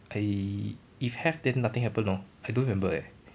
I if have then nothing happen lor I don't remember eh